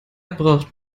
braucht